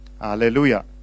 hallelujah